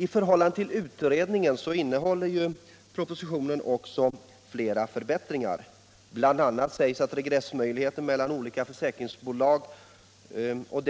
I förhållande till utredningens förslag innehåller propositionen flera förbättringar. Bl. a. ges det regressmöjlighet mellan olika försäkringsbolag, och